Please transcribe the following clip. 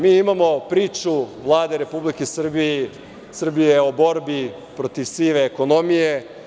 Mi imamo priču Vlade Republike Srbije o borbi protiv sive ekonomije.